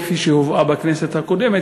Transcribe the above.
כפי שהובאה בכנסת הקודמת,